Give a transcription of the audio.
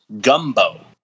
gumbo